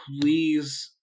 please